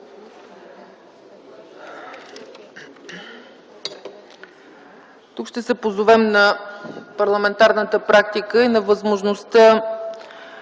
Тук ще се позовем на парламентарната практика и на възможността